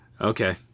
Okay